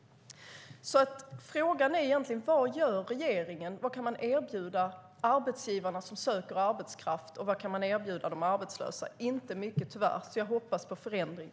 Frågan är: Vad gör regeringen? Vad kan man erbjuda arbetsgivarna som söker arbetskraft, och vad kan man erbjuda de arbetslösa? Inte mycket, tyvärr. Jag hoppas på förändring.